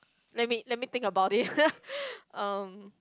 let me let me think about it um